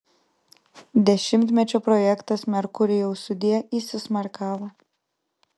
dešimtmečio projektas merkurijau sudie įsismarkavo